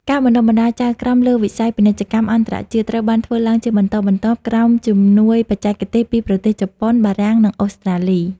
ការបណ្ដុះបណ្ដាលចៅក្រមលើវិស័យពាណិជ្ជកម្មអន្តរជាតិ ត្រូវបានធ្វើឡើងជាបន្តបន្ទាប់ក្រោមជំនួយបច្ចេកទេសពីប្រទេសជប៉ុន បារាំង និងអូស្ត្រាលី។